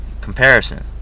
comparison